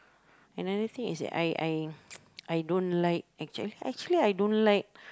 another thing is that I I I don't like actually actually I don't like